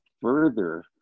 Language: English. further